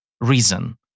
reason